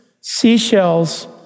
seashells